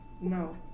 No